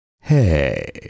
Hey